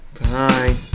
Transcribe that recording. Bye